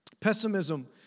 Pessimism